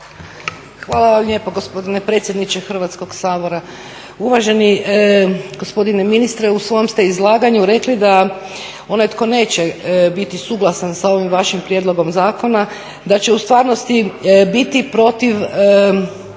vam lijepa gospodine predsjedniče Hrvatskoga sabora. Uvaženi gospodine ministre u svom ste izlaganju rekli da onaj tko neće biti suglasan sa ovim vašim prijedlogom zakona da će u stvarnosti biti protiv